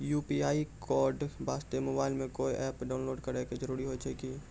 UPI code वास्ते mobile मे कोय एप्प डाउनलोड करे के जरूरी होय छै की?